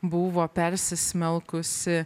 buvo persismelkusi